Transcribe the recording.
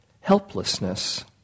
helplessness